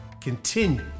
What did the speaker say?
continue